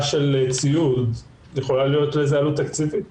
של ציוד יכולה להיות לזה עלות תקציבית.